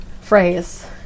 Phrase